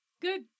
Good